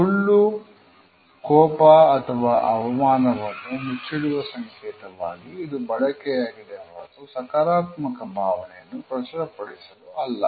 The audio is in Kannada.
ಸುಳ್ಳು ಕೋಪ ಅಥವಾ ಅವಮಾನವನ್ನು ಮುಚ್ಚಿಡುವ ಸಂಕೇತವಾಗಿ ಇದು ಬಳಕೆಯಾಗಿದೆ ಹೊರತು ಸಕಾರಾತ್ಮಕ ಭಾವನೆಯನ್ನು ಪ್ರಚುರಪಡಿಸಲು ಅಲ್ಲ